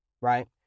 right